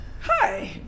Hi